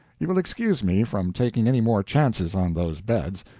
you will excuse me from taking any more chances on those beds.